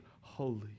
holy